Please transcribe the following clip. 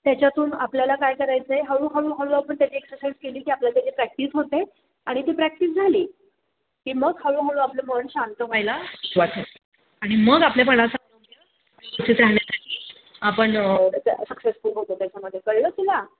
त्याच्यातून आपल्याला काय करायचं आहे हळू हळू हळू आपण त्याची एक्सरसाइज केली की आपल्याला त्याची प्रॅक्टिस होते आणि ती प्रॅक्टिस झाली की मग हळूहळू आपलं मन शांत व्हायला सुरूवात होते आणि मग आपल्यापणासाठी आपण त्या सक्सेसफुल होतो त्याच्यामध्ये कळलं तुला